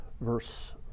verse